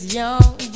young